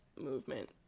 movement